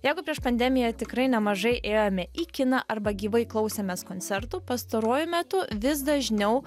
jeigu prieš pandemiją tikrai nemažai ėjome į kiną arba gyvai klausėmės koncertų pastaruoju metu vis dažniau